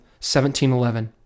1711